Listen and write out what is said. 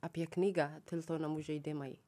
apie knygą tilto namų žaidimai